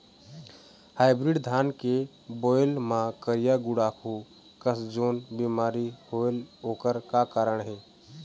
Hybrid धान के बायेल मां करिया गुड़ाखू कस जोन बीमारी होएल ओकर का कारण हे?